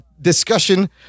discussion